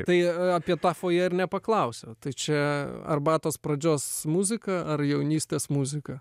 tai apie tą fojė ir nepaklausiau tai čia arbatos pradžios muzika ar jaunystės muzika